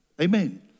Amen